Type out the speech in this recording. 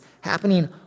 happening